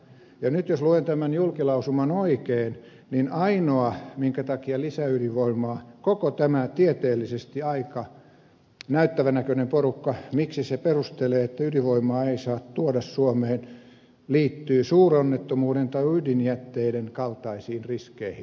nyt jos luen tämän julkilausuman oikein niin ainoa asia minkä takia koko tämä tieteellisesti aika näyttävän näköinen porukka perustelee että ydinvoimaa ei saa tuoda suomeen liittyy suuronnettomuuden tai ydinjätteiden kaltaisiin riskeihin